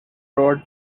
broad